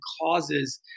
causes